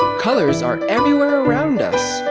colours are everywhere around us.